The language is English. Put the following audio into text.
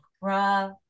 bra